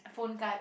phone card